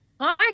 hi